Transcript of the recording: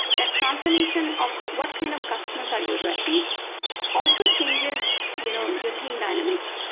that transformation of what what kind of customers are you addressing also changes you know your team dynamics.